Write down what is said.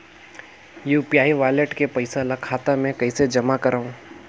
UPI wallet के पईसा ल खाता मे कइसे जमा करव?